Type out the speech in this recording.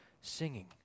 singing